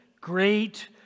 great